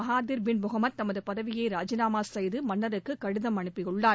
Mahathir Mohamad தமது பதவியை ராஜினாமா செய்து மன்னருக்கு கடிதம் அனுப்பியுள்ளார்